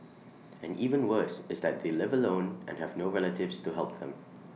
and even worse is that they live alone and have no relatives to help them